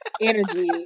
energy